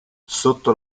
sotto